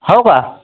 हो का